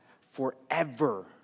forever